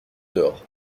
dehors